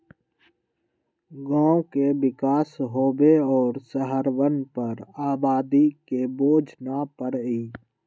गांव के विकास होवे और शहरवन पर आबादी के बोझ न पड़ई